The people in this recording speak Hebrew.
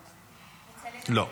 לא.